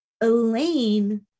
Elaine